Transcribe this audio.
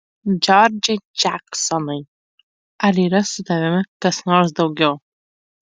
džordžai džeksonai ar yra su tavimi kas nors daugiau